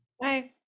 Bye